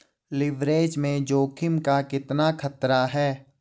Leverage में जोखिम का कितना खतरा है?